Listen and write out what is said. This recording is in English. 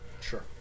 Sure